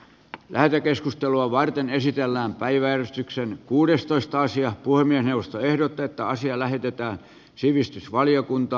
lähetekeskustelua varten esitellään päiväjärjestykseen kuudestoista sija puhemiesneuvosto ehdottaa että asia lähetetään sivistysvaliokuntaan